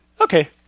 okay